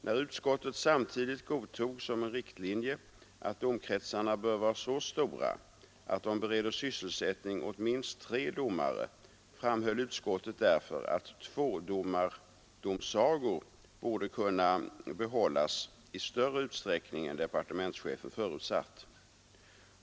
När utskottet samtidigt godtog som en riktlinje att domkretsarna bör vara så stora att de bereder sysselsättning åt minst tre domare framhöll utskottet därför att tvådomardomsagor borde kunna behållas i större utsträckning än departementschefen förutsatt.